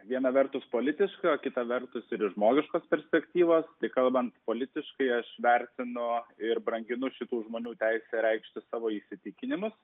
viena vertus politiškai o kita vertus iš žmogiškos perspektyvos kalbant politiškai aš vertinu ir branginu šitų žmonių teisę reikšti savo įsitikinimus